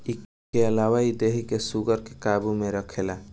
इके अलावा इ देहि में शुगर के काबू में रखेला